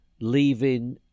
leaving